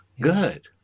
Good